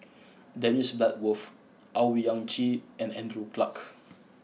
Dennis Bloodworth Owyang Chi and Andrew Clarke